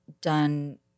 done